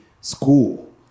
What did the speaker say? school